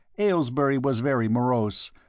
aylesbury was very morose,